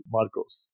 Marcos